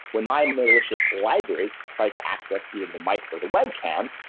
when my malicious library tries to access either the mic for the web cam,